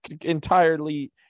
entirely